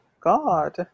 God